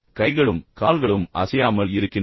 கைகளும் கால்களும் அமைதியாக உள்ளன